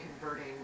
converting